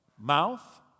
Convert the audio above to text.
mouth